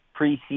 preseason